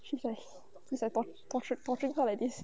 she like she like tortur~ torturing her by this